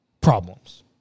problems